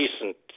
decent